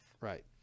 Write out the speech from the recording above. Right